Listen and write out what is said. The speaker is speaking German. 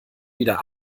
wieder